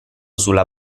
sulla